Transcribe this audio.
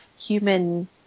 human